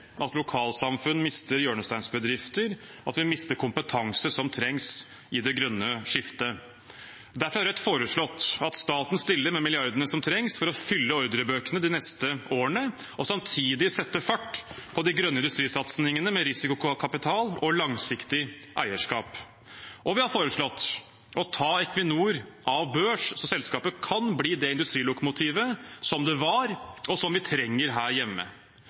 at lokalsamfunn mister hjørnestensbedrifter, og at vi mister kompetanse som trengs i det grønne skiftet. Derfor har Rødt foreslått at staten stiller med milliardene som trengs for å fylle ordrebøkene de neste årene, og samtidig setter fart på de grønne industrisatsingene med risikokapital og langsiktig eierskap. Vi har også foreslått å ta Equinor av børs, slik at selskapet kan bli det industrilokomotivet som det var, og som vi trenger her hjemme.